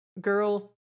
girl